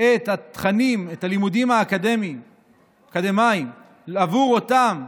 את התכנים, את הלימודים האקדמיים בעבור אותם